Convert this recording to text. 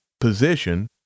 position